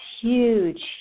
huge